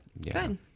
good